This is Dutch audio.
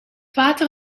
water